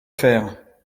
faire